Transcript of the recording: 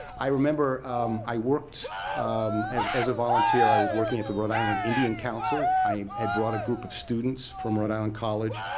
i remember i worked as as a volunteer. i was working at the rhode island indian council. i had brought a group of students from rhode island college,